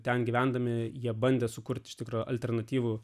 ten gyvendami jie bandė sukurti iš tikro alternatyvų